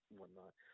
whatnot